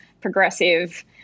progressive